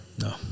No